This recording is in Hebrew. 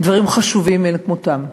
דברים חשובים מאין כמותם.